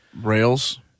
Rails